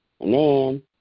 Amen